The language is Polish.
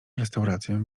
restaurację